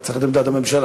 צריך את עמדת הממשלה.